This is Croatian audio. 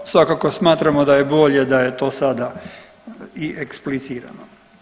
Svakako smatramo da je bolje da je to sada i eksplicirano.